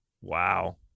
Wow